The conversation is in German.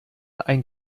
ein